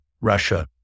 Russia